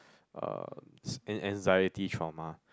uh and anxiety trauma